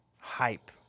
hype